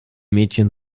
mädchen